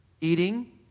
eating